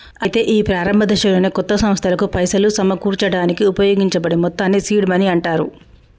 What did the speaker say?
అయితే ఈ ప్రారంభ దశలోనే కొత్త సంస్థలకు పైసలు సమకూర్చడానికి ఉపయోగించబడే మొత్తాన్ని సీడ్ మనీ అంటారు